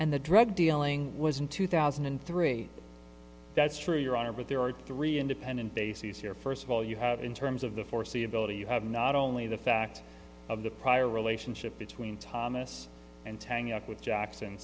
and the drug dealing was in two thousand and three that's true your honor but there are three independent bases here first of all you have in terms of the foreseeability you have not only the fact of the prior relationship between thomas and tang up with jackson